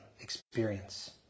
experience